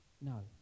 No